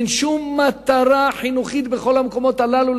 אין שום מטרה חינוכית בכל המקומות הללו,